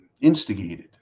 instigated